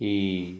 ಈ